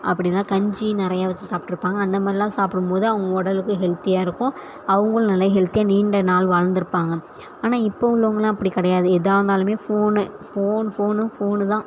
அப்படிலாம் கஞ்சி நிறைய வெச்சு சாப்பிட்டுருப்பாங்க அந்த மாதிரில்லாம் சாப்பிடும் போது அவங்க உடலுக்கு ஹெல்த்தியாக இருக்கும் அவங்களும் நல்லா ஹெல்த்தியாக நீண்ட நாள் வாழ்ந்திருப்பாங்க ஆனால் இப்போ உள்ளவங்களெலாம் அப்படி கிடையாது ஏதா இருந்தாலும் ஃபோனு ஃபோன் ஃபோனு ஃபோனு தான்